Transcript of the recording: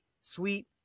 sweet